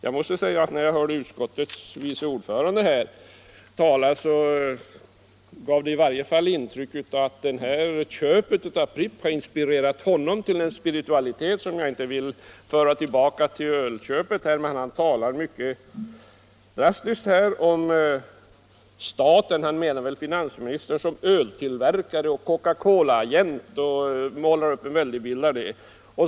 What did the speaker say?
När utskottets vice ord Onsdagen den förande talade fick jag i varje fall intrycket att köpet av Pripps 12 mars 1975 har inspirerat honom till en spiritualitet som jag inte vill hänföra till ölköp. Han talade emellertid mycket drastiskt om staten — han menade Förvärv av aktier i väl finansministern — som öltillverkare och Coca-Cola-agent, och han = AB Pripps Bryggerimålade upp en fantastisk bild av detta.